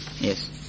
Yes